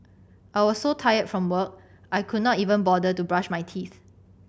I was so tired from work I could not even bother to brush my teeth